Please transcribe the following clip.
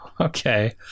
Okay